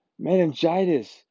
meningitis